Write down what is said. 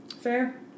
Fair